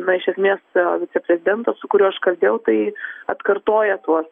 na iš esmės viceprezidentas su kuriuo aš kalbėjau tai atkartoja tuos